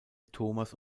thomas